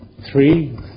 three